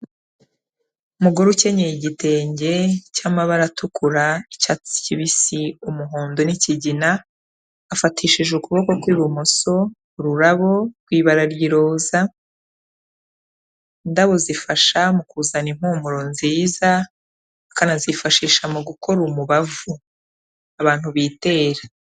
Umugore ukenyeye igitenge cy'amabara atukura, icyatsi kibisi, umuhondo n'ikigina, afatishije ukuboko kw'ibumoso ururabo rw'ibara ry'iroza, indabo zifasha mu kuzana impumuro nziza, bakanazifashisha mu gukora umubavu abantu bitera.